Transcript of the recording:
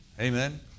Amen